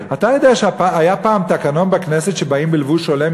אתה יודע שהיה פעם תקנון בכנסת שבאים בלבוש הולם,